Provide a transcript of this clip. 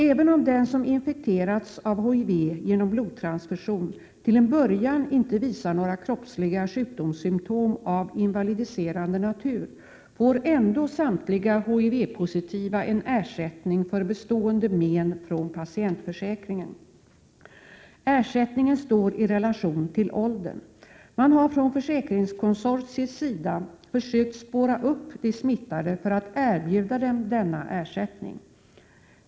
Även om den som infekterats av HIV genom blodtransfusion till en början inte visar några kroppsliga sjukdomssymtom av invalidiserande natur får ändå samtliga HIV-positiva en ersättning för bestående men från patientförsäkringen. Ersättningen står i relation till åldern. Man har från försäkringskonsortiets sida försökt spåra upp de smittade för att erbjuda dem denna ersättning.